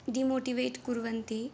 demotivate कुर्वन्ति